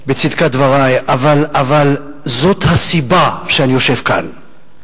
בצדקת דברי, אבל זאת הסיבה שאני יושב כאן.